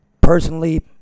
personally